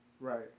right